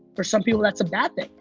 for some people that's a bad thing.